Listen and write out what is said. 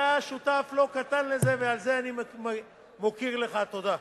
אתה שותף לא קטן לזה, ועל זה אני מכיר לך תודה.